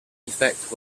effect